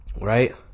Right